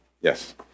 yes